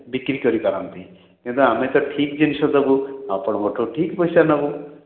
ବିକ୍ରି କରିପାରନ୍ତି କିନ୍ତୁ ଆମେ ତ ଠିକ୍ ଜିନିଷ ଦେବୁ ଆପଣଙ୍କଠୁ ଠିକ୍ ପଇସା ନେବୁ